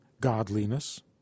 godliness